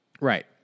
Right